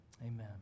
Amen